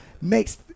makes